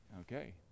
okay